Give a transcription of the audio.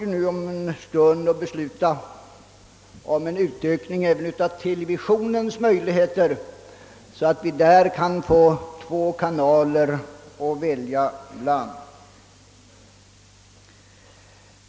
Om en stund skall vi här besluta om en utökning även av televisionens möjligheter, så att vi där kan få två kanaler att välja på.